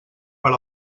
per